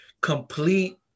complete